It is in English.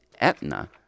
Etna